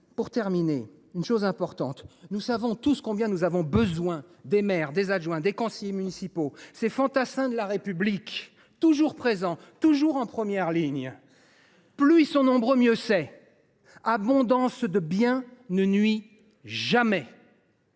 volonté municipale ! Nous savons tous combien nous avons besoin des maires, des adjoints et des conseillers municipaux, de ces fantassins de la République qui sont toujours présents, toujours en première ligne. Plus ils sont nombreux, mieux c’est. Abondance de biens ne nuit jamais